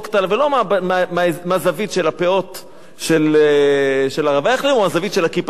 אבל לא מהזווית של הפאות של הרב אייכלר או מהזווית של הכיפה שלי,